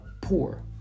poor